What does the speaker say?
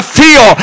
feel